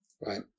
Right